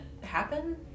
happen